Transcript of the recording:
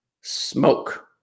smoke